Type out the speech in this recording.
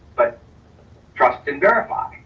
but trust and verify,